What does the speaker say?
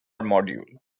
module